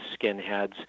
skinheads